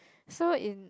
so in